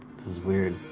this is weird.